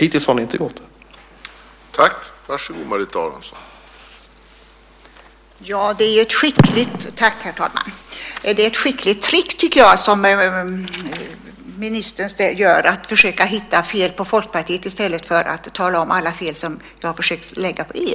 Hittills har ni inte gjort det.